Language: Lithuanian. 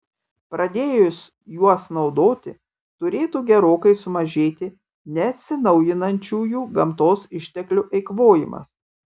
pradėjus juos naudoti turėtų gerokai sumažėti neatsinaujinančiųjų gamtos išteklių eikvojimas